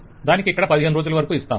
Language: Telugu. దానికి ఇక్కడ పదిహేను రోజులవరకు ఇస్తాం